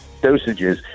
dosages